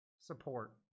support